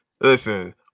listen